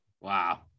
Wow